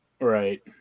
Right